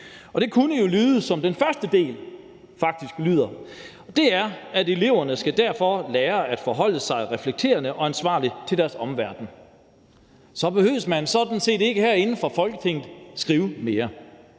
og det kunne jo lyde, som den første del faktisk lyder, og det er: »Eleverne skal derfor lære at forholde sig reflekterende og ansvarligt til deres omverden«. Så behøver man sådan set ikke herinde fra Folketinget at skrive mere;